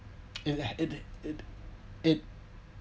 it it it it